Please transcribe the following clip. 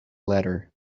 letter